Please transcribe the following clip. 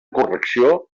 correcció